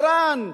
אירן,